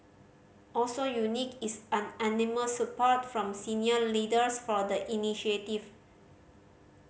also unique is unanimous support from senior leaders for the initiative